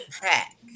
pack